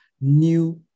new